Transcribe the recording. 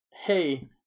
Hey